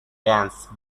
dance